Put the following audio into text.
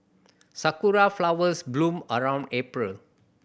sakura flowers bloom around April